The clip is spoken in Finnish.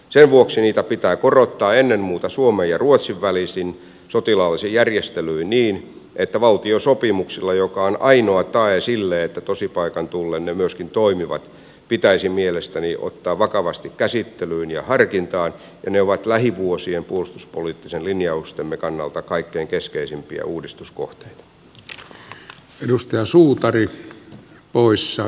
sen vuoksi niitä pitää korottaa ennen muuta suomen ja ruotsin välisin sotilaallisin järjestelyin niin että valtiosopimuksella joka on ainoa tae sille että tosipaikan tullen ne myöskin toimivat pitäisi ne mielestäni ottaa vakavasti käsittelyyn ja harkintaan ja ne ovat lähivuosien puolustuspoliittisten linjaustemme kannalta kaikkein keskeisimpiä uudistuskohteitamme